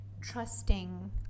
trusting